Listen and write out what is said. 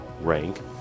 rank